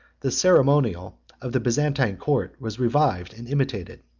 the ceremonial of the byzantine court was revived and imitated.